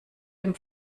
dem